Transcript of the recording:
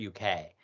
UK